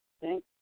thank